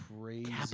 crazy